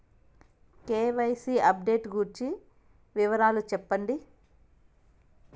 KYC update గురించి వివరాలు సెప్పండి?